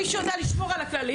מי שיודע לשמור על הכללים,